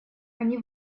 они